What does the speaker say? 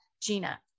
Gina